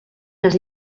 les